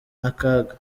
n’akaga